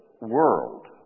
world